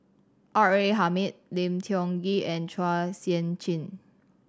R A Hamid Lim Tiong Ghee and Chua Sian Chin